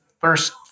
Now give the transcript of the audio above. first